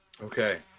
Okay